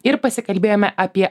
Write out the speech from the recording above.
ir pasikalbėjome apie